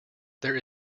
there